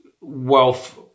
wealth